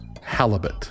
halibut